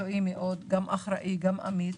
מקצועי מאוד, אחראי, אמין,